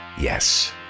yes